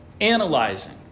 analyzing